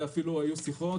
ואפילו היו שיחות